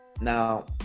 Now